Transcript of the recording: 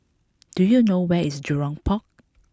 do you know where is Jurong Port